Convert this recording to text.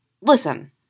listen